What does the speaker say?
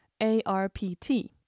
ARPT